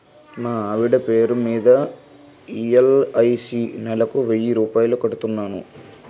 మా ఆవిడ పేరు మీద ఎల్.ఐ.సి నెలకు వెయ్యి రూపాయలు కడుతున్నాను